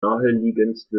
naheliegendste